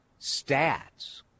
stats